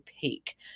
peak